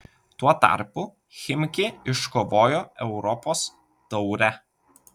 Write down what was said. tuo tarpu chimki iškovojo europos taurę